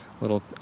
little